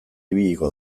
ibiliko